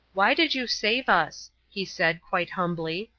why did you save us? he said, quite humbly.